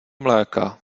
mléka